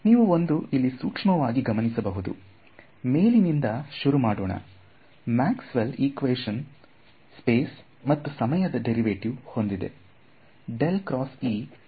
ನೀವು ಒಂದ್ ಇಲ್ಲಿ ಸೂಕ್ಷ್ಮವಾಗಿ ಗಮನಿಸಬಹುದು ಮೇಲಿನಿಂದ ಶುರು ಮಾಡೋಣ ಮ್ಯಾಕ್ಸ್ವೆಲ್ ಇಕ್ವೇಶನ್ ಸ್ಪೇಸ್ ಮತ್ತು ಸಮಯ ದ ಡೇರಿವೆಟಿವ್ ಹೊಂದಿದೆ